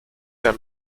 der